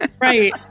Right